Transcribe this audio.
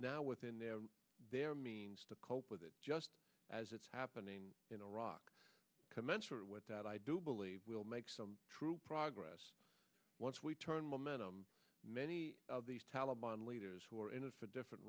now within their means to cope with it just as it's happening in iraq commensurate with that i do believe we'll make some true progress once we turn momentum many of these taliban leaders who are in a for different